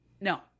No